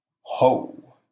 ho